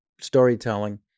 storytelling